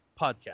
podcast